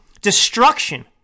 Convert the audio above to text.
destruction